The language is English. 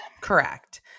Correct